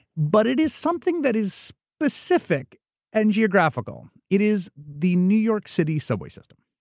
but it is something that is specific and geographical. it is the new york city subway system.